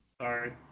Sorry